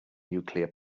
nuclear